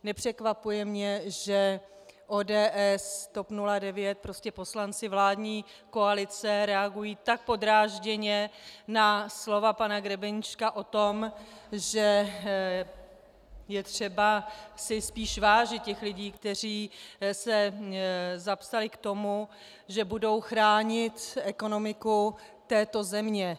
Nepřekvapuje mě, že ODS, TOP 09, prostě poslanci vládní koalice, reagují tak podrážděně na slova pana Grebeníčka o tom, že je třeba si spíš vážit těch lidí, kteří se zapsali k tomu, že budou chránit ekonomiku této země.